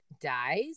dies